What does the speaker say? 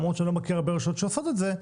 למרות שאני לא מכיר הרבה רשויות שעושות את זה,